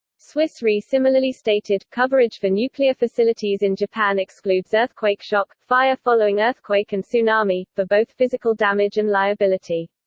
swiss re similarly stated, coverage for nuclear facilities in japan excludes earthquake shock, fire following earthquake and tsunami, for both physical damage and liability.